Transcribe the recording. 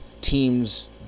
teams